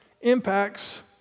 impacts